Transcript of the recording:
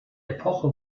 epoche